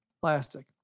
plastic